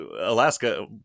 alaska